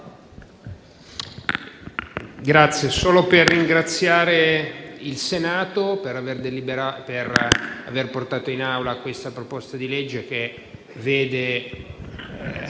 Presidente, vorrei ringraziare il Senato per aver portato in Aula questa proposta di legge, che vede